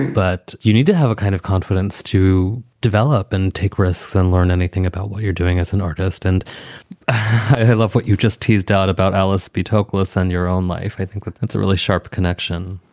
but you need to have a kind of confidence to develop and take risks and learn anything about what you're doing as an artist. and i love what you just teased out about alice b toklas on your own life i think but that's a really sharp connection